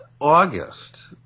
August